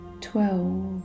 twelve